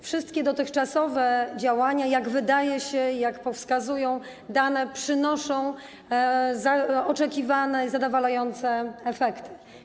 Wszystkie dotychczasowe działania, jak się wydaje, jak wskazują dane, przynoszą oczekiwane i zadowalające efekty.